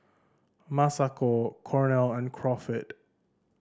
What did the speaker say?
Masako Cornel and Crawford